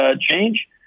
change